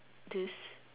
this